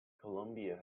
colombia